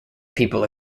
people